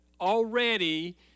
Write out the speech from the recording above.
already